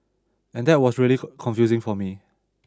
and that was really confusing for me